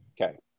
Okay